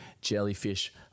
jellyfish